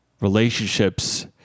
relationships